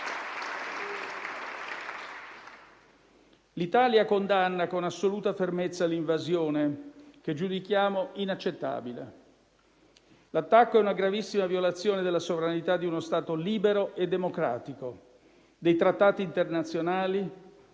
L'Italia condanna con assoluta fermezza l'invasione, che giudichiamo inaccettabile. L'attacco è una gravissima violazione della sovranità di uno Stato libero e democratico, dei trattati internazionali